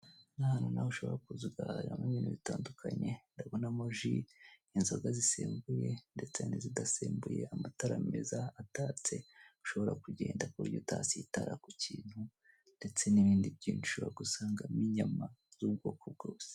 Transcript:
Ni ahantu nawe ushobora kuza ugahahiramo ibintu bitandukanye ndabonamo ji 'inzoga zisembuye ndetse n'izidasembuye, amatara meza atatse ushobora kugenda ku buryo utasitara ku kintu ndetse n'ibindi byinshi ushobora gusangamo inyama z'ubwoko bwose.